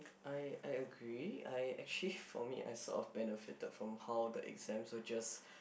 I I agree I actually for me I sort of benefitted from how the exams were just